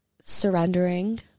surrendering